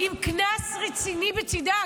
עם קנס רציני בצידה,